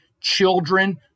children